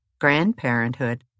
grandparenthood